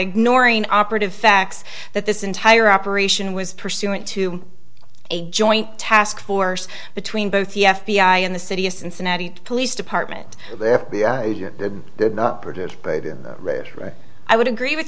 ignoring operative facts that this entire operation was pursuant to a joint task force between both the f b i and the city of cincinnati police department the f b i i would agree with